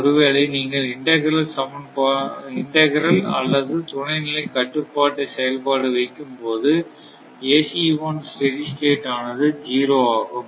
ஒருவேளை நீங்கள் இன்டக்கிரல் அல்லது துணைநிலை கட்டுப்பாட்டு செயல்பாடு வைக்கும்போது ஆனது 0 ஆகும்